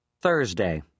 Thursday